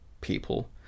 people